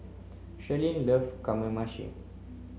Shirlene love Kamameshi